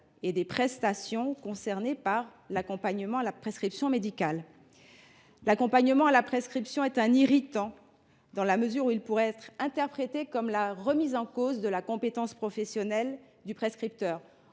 et des prestations concernés par l’accompagnement à la prescription médicale. Cet accompagnement risque d’être un irritant, dans la mesure où il pourrait être interprété comme la remise en cause de la compétence professionnelle du prescripteur.